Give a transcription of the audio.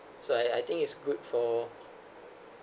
so I I think it's good for